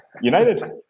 United